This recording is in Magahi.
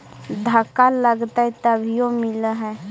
धक्का लगतय तभीयो मिल है?